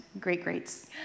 great-greats